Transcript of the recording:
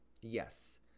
Yes